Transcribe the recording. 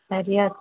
خیریت